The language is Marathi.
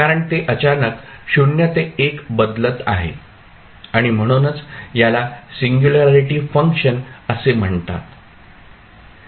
कारण ते अचानक 0 ते 1 बदलत आहे आणि म्हणूनच याला सिंगुल्यारीटी फंक्शन असे म्हणतात